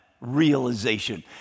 realization